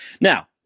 Now